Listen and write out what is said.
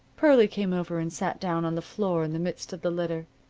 pearlie came over and sat down on the floor in the midst of the litter.